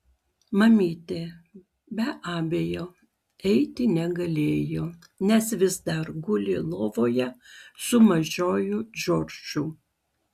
mamytė be abejo eiti negalėjo nes vis dar guli lovoje su mažuoju džordžu